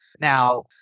Now